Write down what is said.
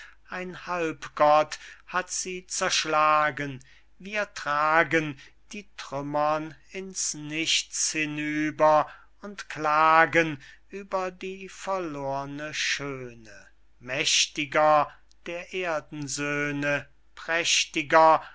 ein halbgott hat sie zerschlagen wir tragen die trümmern ins nichts hinüber und klagen ueber die verlorne schöne mächtiger der erdensöhne prächtiger